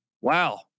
Wow